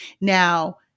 Now